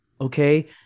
Okay